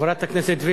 רגע, סיימת?